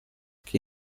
chi